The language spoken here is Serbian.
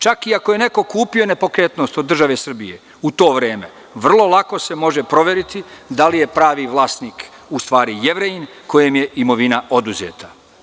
Čak iako je neko kupio nepokretnost od države Srbije u to vreme, vrlo lako se može proveriti da li je pravi vlasnik u stvari Jevrejin kojem je imovina oduzeta.